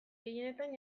gehienetan